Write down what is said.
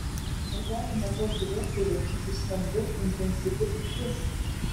ar galima tokį ūkį laikyti stambiu intensyviu ūkiu